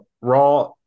Raw